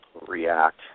react